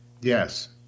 Yes